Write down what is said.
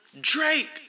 Drake